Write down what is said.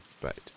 but